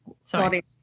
Sorry